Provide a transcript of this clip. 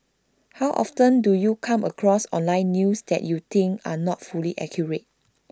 how often do you come across online news that you think are not fully accurate